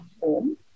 home